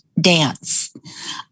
dance